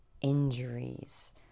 injuries